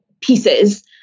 pieces